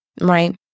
right